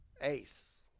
ACE